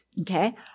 Okay